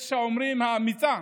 יש האומרים האמיצה,